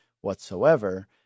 whatsoever